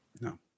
No